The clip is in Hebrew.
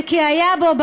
וכי היה בו,